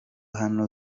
hano